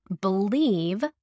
believe